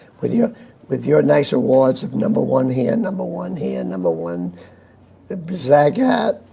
with your with your nice awards of number one here, number one here, number one zagat,